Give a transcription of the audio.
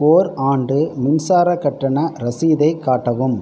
ஓரு ஆண்டு மின்சார கட்டணம் ரசீதைக் காட்டவும்